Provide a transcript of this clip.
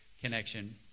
connection